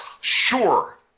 Sure